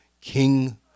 king